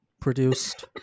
produced